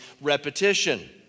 repetition